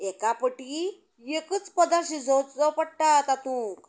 एका पावटी एकूच पदार्थ शिजोवचो पडटा तातूंत